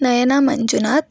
Nayana Manjunatha